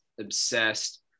obsessed